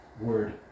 Word